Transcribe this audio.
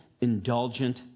indulgent